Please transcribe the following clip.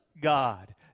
God